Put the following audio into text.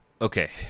Okay